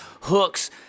hooks